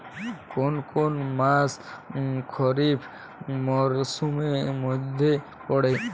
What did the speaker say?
কোন কোন মাস খরিফ মরসুমের মধ্যে পড়ে?